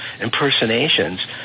impersonations